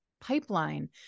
pipeline